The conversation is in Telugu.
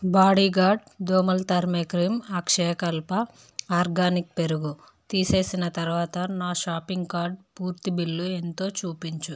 బాడీగార్డ్ దోమలు తరిమే క్రీం అక్షయకల్ప ఆర్గానిక్ పెరుగు తీసేసిన తరువాత నా షాపింగ్ కార్టు పూర్తి బిల్లు ఎంతో చూపించు